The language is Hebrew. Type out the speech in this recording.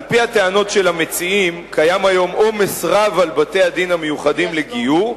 על-פי הטענות של המציעים קיים היום עומס רב על בתי-הדין המיוחדים לגיור,